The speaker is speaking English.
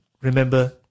remember